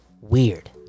weird